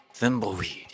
Thimbleweed